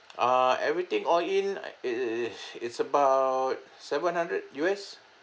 ah everything all in i~ is about seven hundred U_S